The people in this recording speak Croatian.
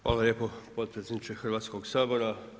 Hvala lijepo potpredsjedniče Hrvatskog sabora.